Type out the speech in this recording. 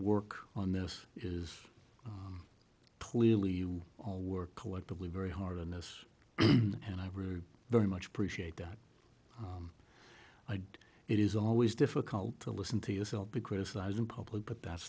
work on this is clearly you all work collectively very hard on this and i were very much appreciate that i had it is always difficult to listen to yourself be criticized in public but that's